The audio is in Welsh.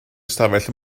ystafell